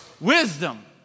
wisdom